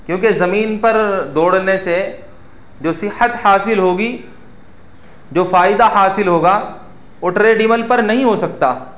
کیوںکہ زمین پر دوڑنے سے جو صحت حاصل ہوگی جو فائدہ حاصل ہوگا وہ ٹریڈمل پر نہیں ہو سکتا